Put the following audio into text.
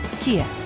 Kia